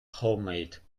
homemade